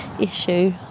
issue